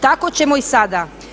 Tako ćemo i sada.